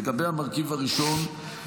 לגבי המרכיב הראשון,